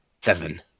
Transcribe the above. Seven